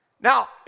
Now